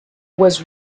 was